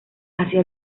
hacia